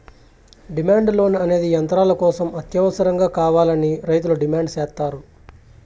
demand loan అనేది యంత్రాల కోసం అత్యవసరంగా కావాలని రైతులు డిమాండ్ సేత్తారు